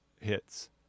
hits